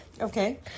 Okay